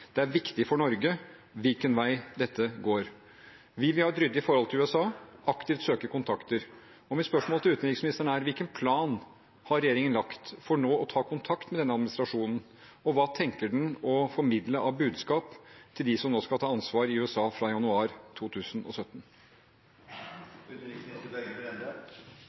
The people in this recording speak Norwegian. Det er viktig for Norge hvilken vei dette går. Vi vil ha et ryddig forhold til USA, aktivt søke kontakter. Mitt spørsmål til utenriksministeren er: Hvilken plan har regjeringen lagt for nå å ta kontakt med denne administrasjonen? Og: Hva tenker regjeringen å formidle av budskap til dem som nå skal ta ansvar i USA fra januar